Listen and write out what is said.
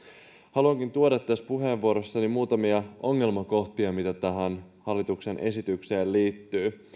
haluankin tuoda tässä puheenvuorossani muutamia ongelmakohtia mitä hallituksen esitykseen liittyy